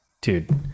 dude